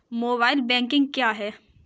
Mobile banking क्या है?